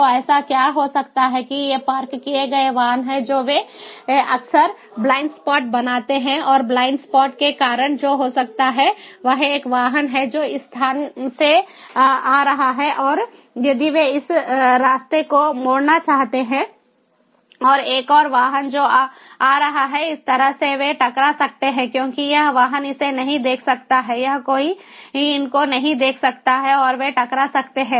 तो ऐसा क्या हो सकता है कि ये पार्क किए गए वाहन हैं जो वे अक्सर ब्लाइंड स्पॉट बनाते हैं और ब्लाइंड स्पॉट के कारण जो हो सकता है वह एक वाहन है जो इस स्थान से आ रहा है और यदि वे इस रास्ते को मोड़ना चाहते हैं और एक और वाहन जो आ रहा है इस तरह से वे टकरा सकते हैं क्योंकि यह वाहन इसे नहीं देख सकता है यह कोई इनको नहीं देख सकता है और वे टकरा सकते हैं